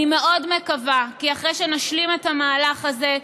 אני מאוד מקווה שאחרי שנשלים את המהלך הזה,